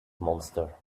monster